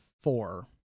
four